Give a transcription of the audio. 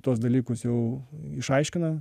tuos dalykus jau išaiškina